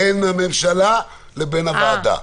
בין הממשלה לוועדה.